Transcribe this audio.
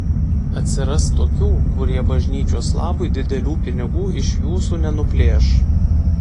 atsiras tokių kurie bažnyčios labui didelių pinigų iš jūsų nenuplėš